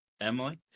Emily